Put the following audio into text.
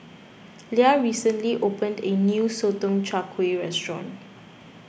Leah recently opened a new Sotong Char Kway restaurant